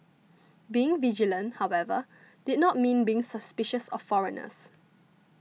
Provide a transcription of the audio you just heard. being vigilant however did not mean being suspicious of foreigners